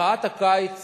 מחאת הקיץ